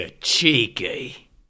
cheeky